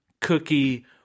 cookie